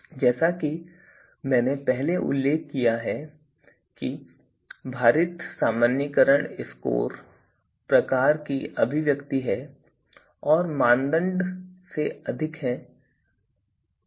जैसा कि मैंने पहले उल्लेख किया है कि यह भारित सामान्यीकृत स्कोर प्रकार की अभिव्यक्ति है और मानदंड से अधिक है